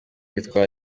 bitwara